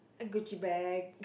Gucci bag